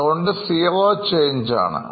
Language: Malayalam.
അതുകൊണ്ട് Zero Change ആണ്